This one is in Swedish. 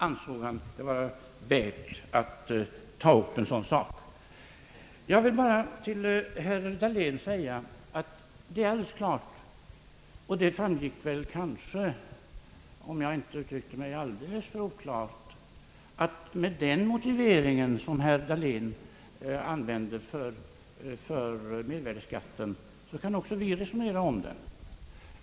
Till herr Dahlén vill jag bara säga att det är alldeles klart — och det framgick kanske, om jag inte uttryckte mig alltför otydligt — att med den motivering som herr Dahlén använde för mervärdeskatten kan vi också resonera om den.